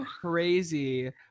crazy